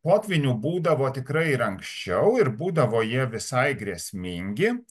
potvynių būdavo tikrai ir anksčiau ir būdavo jie visai grėsmingi